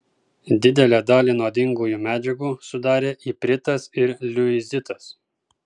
didelę dalį nuodingųjų medžiagų sudarė ipritas ir liuizitas